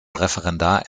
referendar